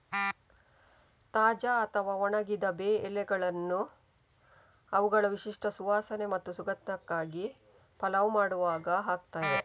ತಾಜಾ ಅಥವಾ ಒಣಗಿದ ಬೇ ಎಲೆಗಳನ್ನ ಅವುಗಳ ವಿಶಿಷ್ಟ ಸುವಾಸನೆ ಮತ್ತು ಸುಗಂಧಕ್ಕಾಗಿ ಪಲಾವ್ ಮಾಡುವಾಗ ಹಾಕ್ತೇವೆ